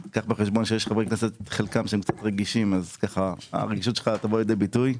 קח בחשבון שיש חברי כנסת קצת רגישים אז שהרגישות שלך תבוא לידי ביטוי.